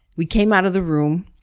we came out of the room.